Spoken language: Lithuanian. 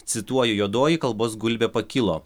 cituoju juodoji kalbos gulbė pakilo